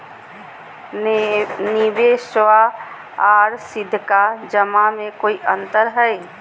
निबेसबा आर सीधका जमा मे कोइ अंतर हय?